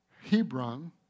Hebron